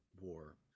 war